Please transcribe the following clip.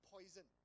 poison